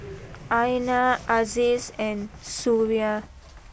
Aina Aziz and Suria